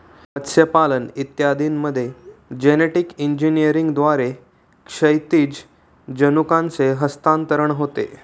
मत्स्यपालन इत्यादींमध्ये जेनेटिक इंजिनिअरिंगद्वारे क्षैतिज जनुकांचे हस्तांतरण होते